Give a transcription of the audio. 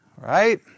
Right